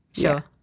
Sure